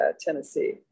Tennessee